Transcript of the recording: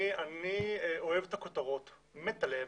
אני אוהב את הכותרות, מת עליהן,